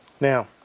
Now